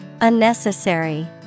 Unnecessary